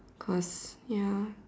cause ya